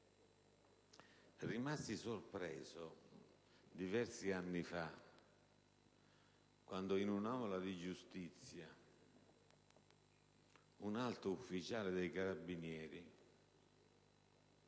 rimasi sorpreso diversi anni fa quando in un'aula di giustizia un alto ufficiale dei carabinieri